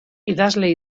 idazle